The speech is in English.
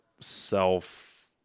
self